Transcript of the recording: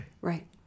Right